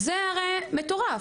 זה הרי מטורף.